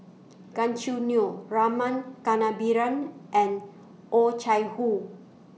Gan Choo Neo Rama Kannabiran and Oh Chai Hoo